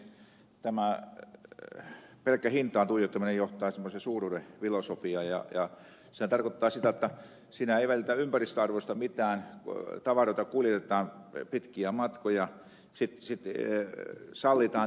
tämä pelkkä hintaan tuijottaminen johtaa semmoiseen suuruuden filosofiaan ja sehän tarkoittaa sitä jotta siinä ei välitetä ympäristöarvoista mitään tavaroita kuljetetaan pitkiä matkoja sitten sallitaan tämmöinen riistopolitiikka